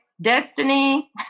destiny